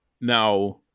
now